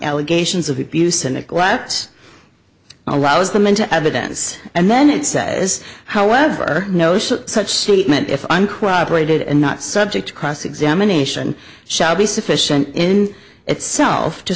allegations of abuse and neglect allows them into evidence and then it says however no such statement if i'm cooperated and not subject to cross examination shall be sufficient in itself to